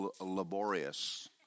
laborious